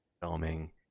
filming